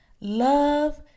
Love